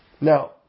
Now